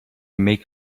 make